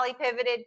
pivoted